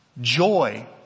joy